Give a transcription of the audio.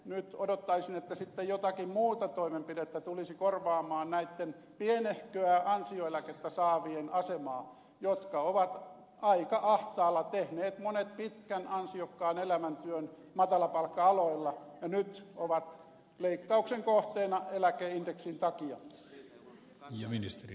nyt odottaisin että sitten jokin muu toimenpide tulisi korvaamaan näitten pienehköä ansioeläkettä saavien asemaa jotka ovat aika ahtaalla monet tehneet pitkän ansiokkaan elämäntyön matalapalkka aloilla ja nyt ovat leikkauksen kohteena eläkeindeksin takia